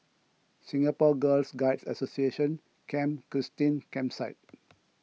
Singapore Girl Guides Association Camp Christine Campsite